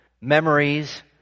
memories